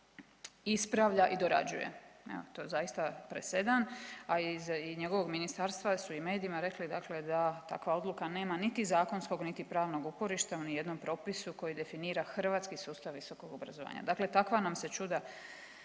ispravlja i dorađuje. Evo to je zaista presedan, a iz i njegovog ministarstva su i medijima rekli dakle da takva odluka nema niti zakonskog niti pravnog uporišta u nijednom propisu koji definira hrvatski sustav visokog obrazovanja, dakle takva nam se čuda